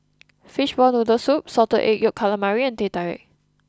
Fishball Noodle Soup Salted Egg Yolk Calamari and Teh Tarik